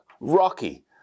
Rocky